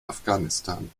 afghanistan